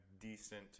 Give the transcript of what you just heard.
decent